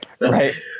right